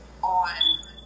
on